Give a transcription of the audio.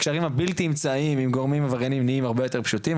הקשרים הבלתי אמצעיים עם גורמים עברייניים נהיים הרבה יותר פשוטים,